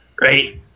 right